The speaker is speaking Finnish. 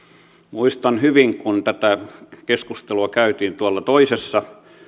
muistan hyvin kun tätä keskustelua käytiin tuolla toisessa